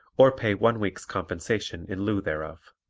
or pay one week's compensation in lieu thereof.